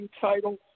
title